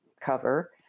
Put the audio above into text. cover